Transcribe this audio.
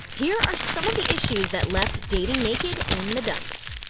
here are some of the issues that left dating naked in the dumps.